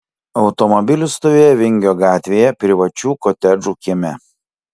automobilis stovėjo vingio gatvėje privačių kotedžų kieme